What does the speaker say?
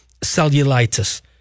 cellulitis